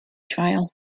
trial